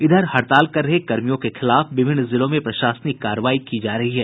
इधर हड़ताल कर रहे कर्मियों के खिलाफ विभिन्न जिलों में प्रशासनिक कार्रवाई की जा रही है